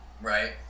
right